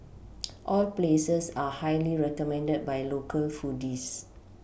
all places are highly recommended by local foodies